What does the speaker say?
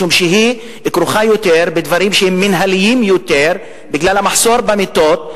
משום שהיא כרוכה בדברים שהם מינהליים יותר בגלל המחסור במיטות,